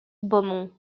beaumont